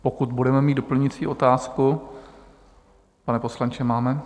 Pokud budeme mít doplňující otázku pane poslanče, máte?